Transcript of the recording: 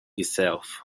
itself